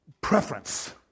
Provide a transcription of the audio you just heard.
preference